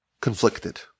conflicted